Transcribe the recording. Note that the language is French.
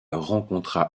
rencontra